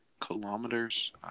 kilometers